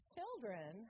Children